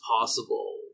possible